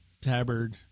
tabard